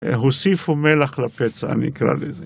אה, הוסיפו מלח לפצע, אני אקרא לזה.